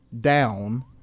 down